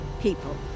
people